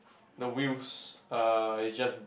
the wheels uh is just